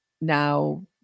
now